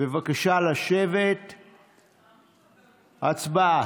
בבקשה לשבת, ההצבעה.